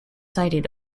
sited